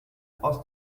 aus